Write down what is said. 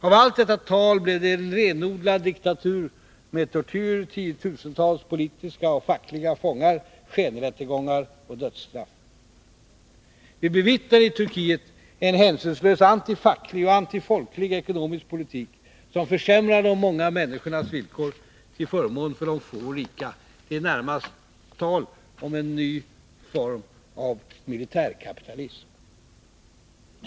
Av allt detta tal blev det en renodlad diktatur med tortyr, tiotusentals politiska och fackliga fångar, skenrättegångar och dödsstraff. Vi bevittnar i Turkiet en hänsynslös antifacklig och antifolklig ekonomisk politik, som försämrar de många människornas villkor till förmån för de få och rika. Det är närmast fråga om en ny typ av militärkapitalism.